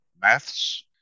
maths